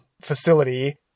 facility